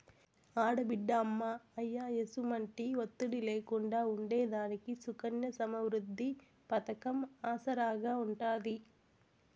ఆడబిడ్డ అమ్మా, అయ్య ఎసుమంటి ఒత్తిడి లేకుండా ఉండేదానికి సుకన్య సమృద్ది పతకం ఆసరాగా ఉంటాది